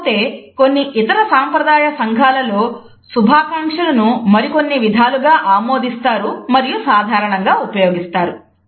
కాకపోతే కొన్ని ఇతర సంప్రదాయ సంఘాలలో శుభాకాంక్షలను మరికొన్ని విధాలుగా ఆమోదిస్తారు మరియు సాధారణంగా ఉపయోగిస్తారు